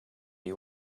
you